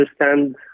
understand